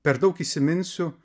per daug įsiminsiu